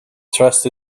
trust